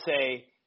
say